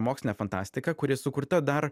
mokslinė fantastika kuri sukurta dar